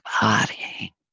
body